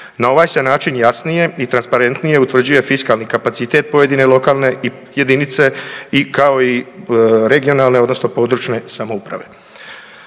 Na ovaj se način jasnije i transparentnije utvrđuje fiskalni kapacitet pojedine lokalne jedinice kao i regionalne odnosno područne samouprave.